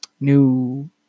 new